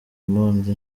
impunzi